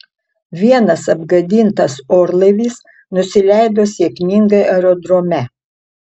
vienas apgadintas orlaivis nusileido sėkmingai aerodrome